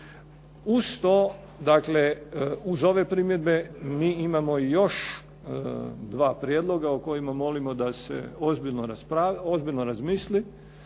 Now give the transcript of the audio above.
Uz to, dakle uz ove primjedbe mi imamo još dva prijedloga o kojima molimo da se ozbiljno razmisli.